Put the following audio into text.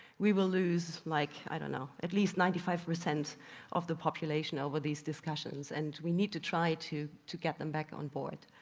we will lose like i don't know at least ninety five percent of the population over these discussions and we need to try to to get them back on board.